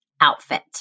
outfit